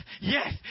yes